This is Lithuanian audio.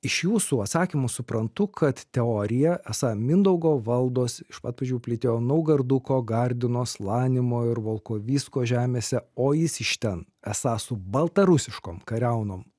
iš jūsų atsakymų suprantu kad teorija esą mindaugo valdos iš pat pradžių plytėjo naugarduko gardino slanimo ir volkovisko žemėse o jis iš ten esą su baltarusiškom kariaunom